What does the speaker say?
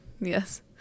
Yes